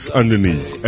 underneath